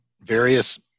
various